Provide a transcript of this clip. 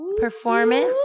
Performance